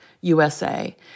USA